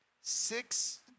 Six